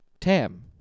Tam